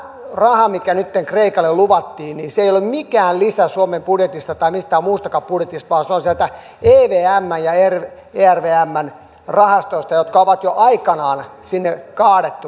tämä raha mikä nytten kreikalle luvattiin ei ole mikään lisä suomen budjetista tai mistään muustakaan budjetista vaan se on sieltä evmn ja ervmn rahastoista jotka sitoumukset on jo aikanaan sinne kaadettu